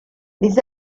les